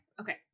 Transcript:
Okay